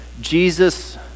Jesus